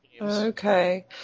okay